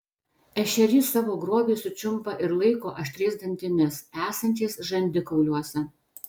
ešerys savo grobį sučiumpa ir laiko aštriais dantimis esančiais žandikauliuose